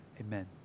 amen